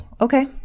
Okay